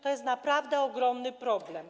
To jest naprawdę ogromny problem.